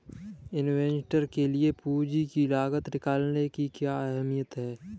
Investor के लिए पूंजी की लागत निकालने की क्या अहमियत है?